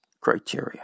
criteria